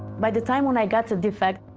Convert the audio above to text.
by the time when i got to defect,